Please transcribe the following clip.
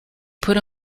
put